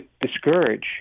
discourage